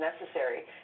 necessary